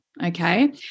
okay